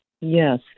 Yes